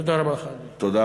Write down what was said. תודה רבה לך, אדוני.